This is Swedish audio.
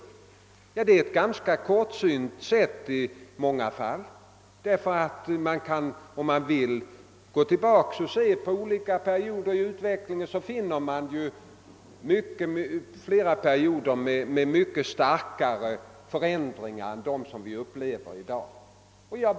Detta är i många fall ett ganska kort synt betraktelsesätt, ty om man vill kan man gå tillbaka i tiden och studera olika perioder och då finna många med mycket starkare förändringar än dem som vi i dag upplever.